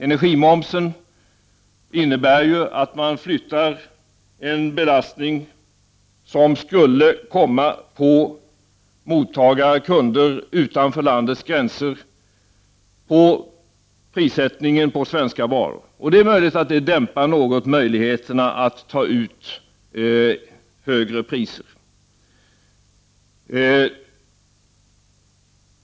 Energimomsen innebär ju att man flyttar en belastning, som skulle komma på mottagare/kunder utanför landets gränser, till prissättningen på svenska varor. Detta dämpar kanske något möjligheterna att ta ut högre priser.